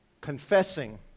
Confessing